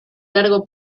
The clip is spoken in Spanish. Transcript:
largo